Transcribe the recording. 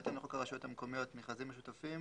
בהתאם לחוק הרשויות המקומיות (מכרזים משותפים)